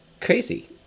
crazy